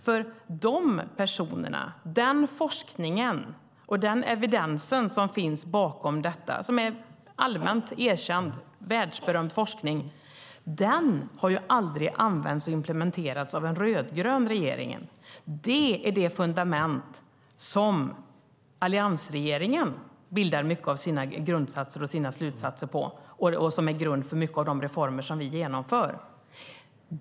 De personerna och den forskning och evidens som finns bakom detta och som är allmänt erkänd och världsberömd har aldrig använts och implementerats av en rödgrön regering. Det är det fundament som alliansregeringen bildar mycket av sina slutsatser på och som ligger till grund för mycket av de reformer som vi genomför.